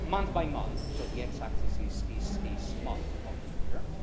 month by month. so the x-axis is is a so month of the year.